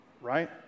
right